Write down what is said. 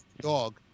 dog